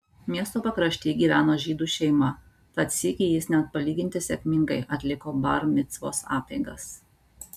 miesto pakrašty gyveno žydų šeima tad sykį jis net palyginti sėkmingai atliko bar micvos apeigas